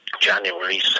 January